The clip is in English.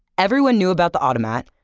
everyone knew about the automat.